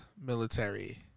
military